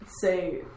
Say